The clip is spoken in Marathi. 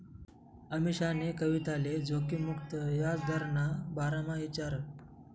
अमीशानी कविताले जोखिम मुक्त याजदरना बारामा ईचारं